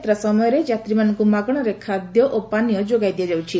ten ଯାତ୍ୱା ସମୟରେ ଯାତ୍ରୀମାନଙ୍କୁ ମାଗଣାରେ ଖାଦ୍ୟ ଓ ପାନୀୟ ଯୋଗାଇ ଦିଆଯାଉଛି